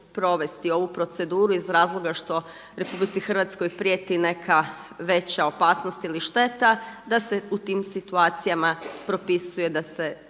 provesti ovu proceduru iz razloga što RH prijeti neka veća opasnost ili šteta da se u tim situacijama propisuje da se